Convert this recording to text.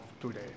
today